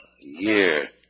year